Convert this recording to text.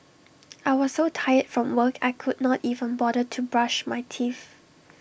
I was so tired from work I could not even bother to brush my teeth